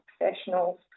professionals